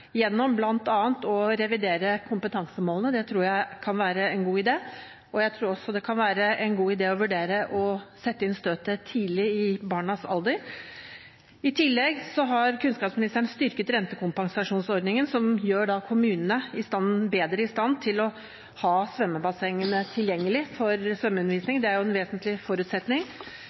gjennom bl.a. å revidere kompetansemålene. Det tror jeg kan være en god idé. Jeg tror også det kan være en god idé å vurdere å sette inn støtet i tidlig alder. I tillegg har kunnskapsministeren styrket rentekompensasjonsordningen, som gjør kommunene bedre i stand til å ha svømmebassengene tilgjengelig for svømmeundervisning, det er jo en vesentlig forutsetning,